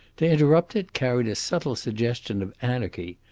to interrupt it carried a subtle suggestion of anarchy.